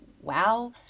wow